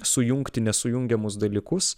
sujungti nesujungiamus dalykus